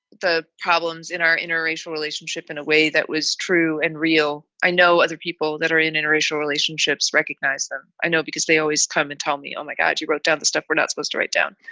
the problems in our interracial relationship in a way that was true and real. i know other people that are in interracial relationships recognize them. i know because they always come and tell me, oh, my god, you wrote down the stuff we're not supposed to write down.